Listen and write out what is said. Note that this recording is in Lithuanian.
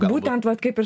būtent vat kaip ir